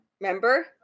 Remember